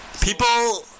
People